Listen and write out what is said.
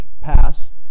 pass